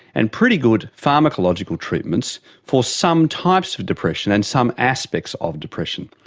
and pretty good pharmacological treatments for some types of depression and some aspects of depression.